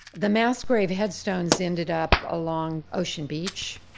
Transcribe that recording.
the mass grave headstones ended up along ocean beach.